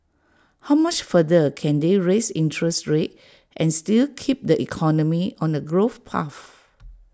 how much further can they raise interest rates and still keep the economy on A growth path